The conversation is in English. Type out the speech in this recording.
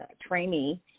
trainee